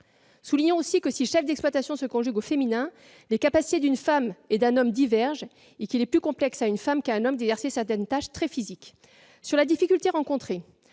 Soulignons aussi que, si chef d'exploitation se conjugue au féminin, les capacités d'une femme et d'un homme divergent. Il est plus complexe pour une femme que pour un homme d'exercer certaines tâches très physiques. Souvent,